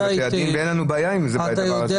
של בתי הדין --- אתה יודע היטב --- ואין לנו בעיה עם הדבר הזה